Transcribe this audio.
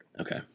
Okay